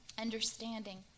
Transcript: understanding